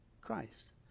Christ